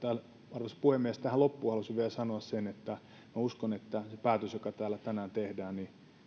arvoisa puhemies tähän loppuun haluaisin vielä sanoa sen että uskon ja luulen että se päätös joka täällä tänään tehdään